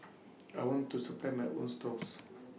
I want to supply my own stalls